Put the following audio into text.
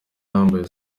yambaye